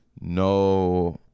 no